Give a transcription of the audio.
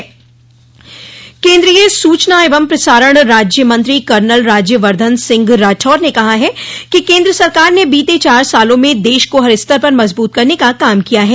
केन्द्रीय सूचना एवं प्रसारण राज्यमंत्री कर्नल राज्यवर्द्वन सिंह राठौर ने कहा कि केन्द्र सरकार ने बीते चार सालों में देश को हर स्तर पर मजबूत करने का काम किया है